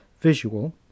visual